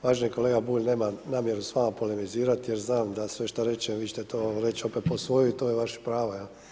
Uvaženi kolega Bulj, nemam namjeru s vama polemizirati jer znam da sve što kažem, vi ćete to reći opet po svojem i to je vaše pravo.